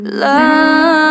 love